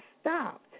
stopped